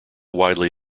widely